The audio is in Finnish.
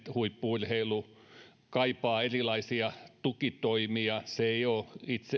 huippu urheilu kaipaa erilaisia tukitoimia se ei ole